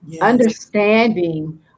understanding